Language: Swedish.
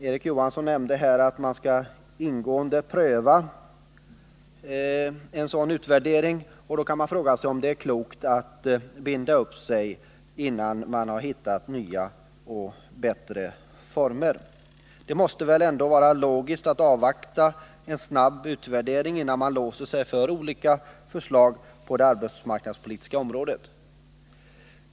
Erik Johansson nämnde att man skall ingående pröva en sådan utvärdering. Då kan man fråga om det är klokt att binda sig, innan man har hittat en ny och bättre form. Det måste anses logiskt att avvakta en sådan utvärdering, innan man låser sig för olika förslag på det arbetsmarknadspolitiska området.